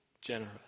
generous